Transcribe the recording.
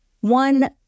One